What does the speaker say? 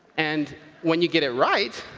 and when you get it right,